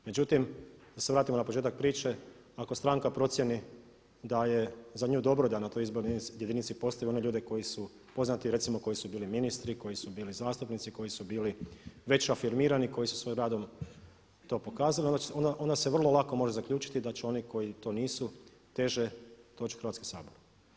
Međutim, da se vratimo na početak priče, ako stranka procjeni da je za nju dobro da na toj izbornoj jedinici postavi one ljude koji su poznati, recimo koji su bili ministri, koji su bili zastupnici, koji su bili već afirmirani i koji su svojim radom to pokazali onda se vrlo lako može zaključiti da će oni koji to nisu teže doći u Hrvatski sabor.